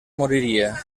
moriria